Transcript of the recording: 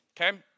okay